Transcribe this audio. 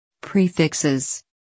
Prefixes